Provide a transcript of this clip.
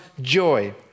joy